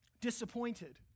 disappointed